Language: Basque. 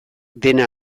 dena